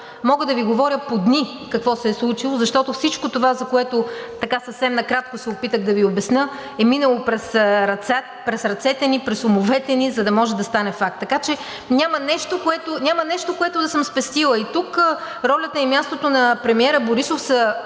Мога да Ви говоря по дни какво се е случило, защото всичко това, което така съвсем накратко се опитах да Ви обясня, е минало през ръцете ни, през умовете ни, за да може да стане факт. Така че няма нещо, което да съм спестила. Тук ролята и мястото на премиера Борисов са